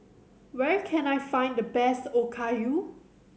where can I find the best Okayu